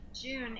June